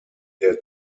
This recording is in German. der